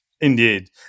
Indeed